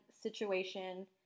situation